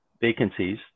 vacancies